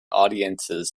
audiences